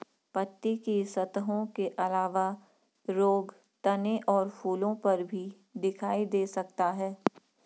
पत्ती की सतहों के अलावा रोग तने और फूलों पर भी दिखाई दे सकता है